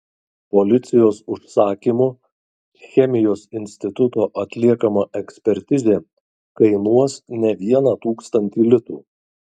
policijos užsakymu chemijos instituto atliekama ekspertizė kainuos ne vieną tūkstantį litų